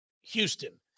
Houston